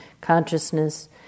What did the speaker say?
consciousness